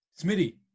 Smitty